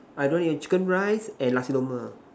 I don't eat chicken rice and Nasi-Lemak